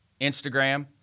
Instagram